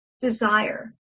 desire